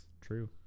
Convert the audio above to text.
True